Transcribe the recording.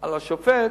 השופט,